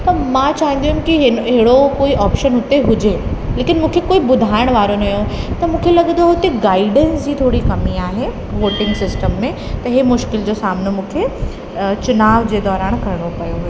पर मां चाहींदी हुअमि कि अहिड़ो कोई ऑपशन हुते हुजे लेकिनि मूंखे कोई ॿुधाइण वारो न हुओ त मूंखे लॻे थो हुते गाइडंस जी थोरी कमी आहे वॉटिंग सिस्टम में त इहे मुश्किल जो सामनो मूंखे चुनाव जे दौरान करिणो पियो हुओ